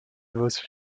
those